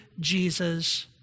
Jesus